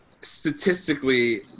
statistically